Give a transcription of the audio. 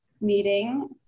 meeting